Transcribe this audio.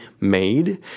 made